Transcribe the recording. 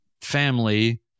family